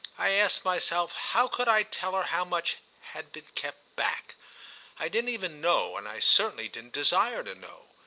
i asked myself how could i tell her how much had been kept back i didn't even know and i certainly didn't desire to know.